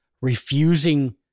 refusing